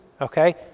Okay